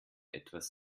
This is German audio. etwas